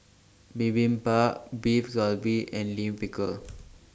Bibimbap Beef Galbi and Lime Pickle